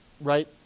right